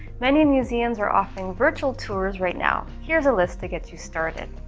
many museums are offering virtual tours right now here's a list to get you started.